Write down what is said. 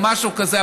או משהו כזה,